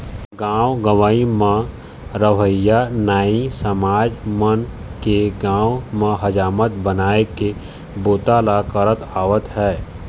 गाँव गंवई म रहवइया नाई समाज मन के गाँव म हजामत बनाए के बूता ल करत आवत हे